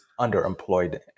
underemployed